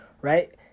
right